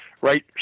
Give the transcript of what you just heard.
right